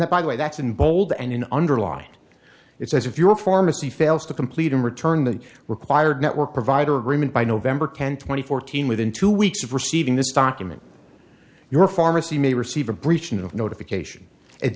that by the way that's in bold and in underlying it's as if your pharmacy fails to complete and return the required network provider agreement by november tenth twenty fourteen within two weeks of receiving this document your pharmacy may receive a breach of notification and